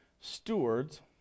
stewards